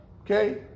Okay